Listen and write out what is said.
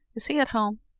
is he at home?